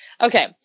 Okay